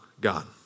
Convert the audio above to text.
God